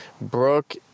Brooke